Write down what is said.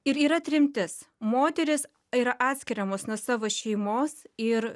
ir yra tremtis moterys yra atskiriamos nuo savo šeimos ir